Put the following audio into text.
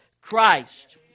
Christ